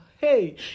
Hey